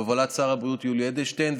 בהובלת שר הבריאות יולי אדלשטיין,